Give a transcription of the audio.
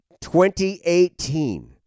2018